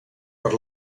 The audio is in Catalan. per